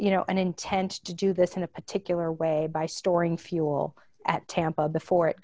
you know an intent to do this in a particular way by storing fuel at tampa before it